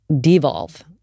devolve